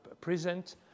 present